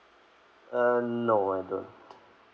uh no I don't